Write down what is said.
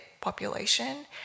population